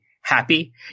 happy